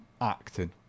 Acting